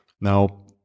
Now